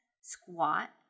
squat